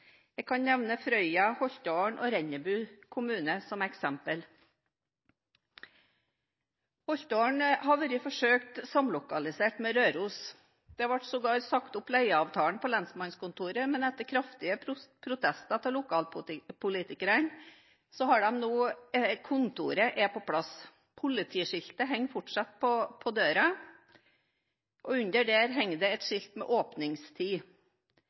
Jeg kan nevne kommunene Frøya, Holtålen og Rennebu som eksempler. Holtålen har vært forsøkt samlokalisert med Røros. Leieavtalen på lensmannskontoret ble sågar sagt opp, men etter kraftige protester fra lokalpolitikerne har de nå kontoret på plass, politiskiltet henger fortsatt på døra, og under der henger det et skilt med